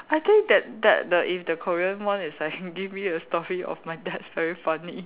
I think that that the if the Korean one is like give me a story of my dad very funny